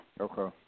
Okay